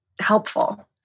helpful